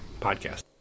podcast